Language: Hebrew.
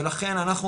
ולכן אנחנו,